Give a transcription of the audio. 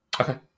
Okay